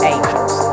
Angels